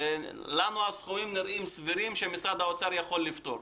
לנו הסכומים נראים סבירים ושמשרד האוצר יכול לפתור.